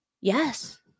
Yes